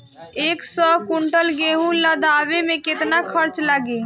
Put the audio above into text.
एक सौ कुंटल गेहूं लदवाई में केतना खर्चा लागी?